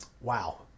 Wow